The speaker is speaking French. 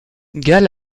gall